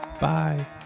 Bye